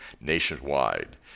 nationwide